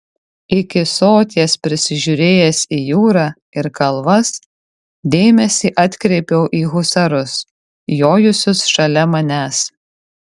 iki soties prisižiūrėjęs į jūrą ir kalvas dėmesį atkreipiau į husarus jojusius šalia manęs